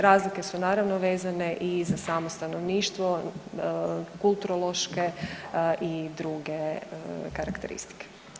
Razlike su naravno vezane i za samo stanovništvo, kulturološke i druge karakteristike.